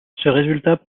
résultat